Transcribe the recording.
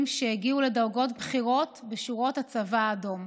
שהגיעו לדרגות בכירות בשורות הצבא האדום,